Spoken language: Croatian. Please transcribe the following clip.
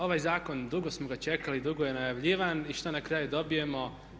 Ovaj zakon dugo smo ga čekali, dugo je najavljivan i što na kraju dobijemo?